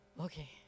okay